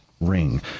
Ring